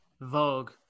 Vogue